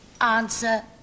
Answer